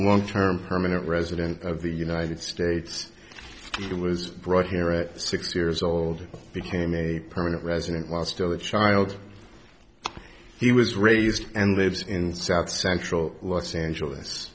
a one term permanent resident of the united states who was brought here at six years old became a permanent resident while still a child he was raised and lives in south central los angeles